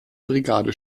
brigade